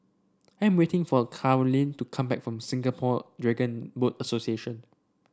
I am waiting for Karolyn to come back from Singapore Dragon Boat Association